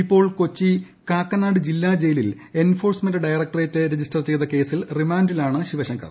ഇപ്പോൾ ഏകാച്ചി കാക്കനാട് ജില്ലാജയിലിൽ എൻഫോഴ്സ്മെന്റ ഡയറ്ക്ട്രേറ്റ് രജിസ്റ്റർ ചെയ്ത കേസിൽ റിമാൻഡിലാണ് ശിവശങ്കർ